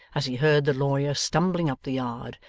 as he heard the lawyer stumbling up the yard,